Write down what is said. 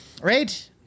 Right